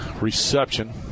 reception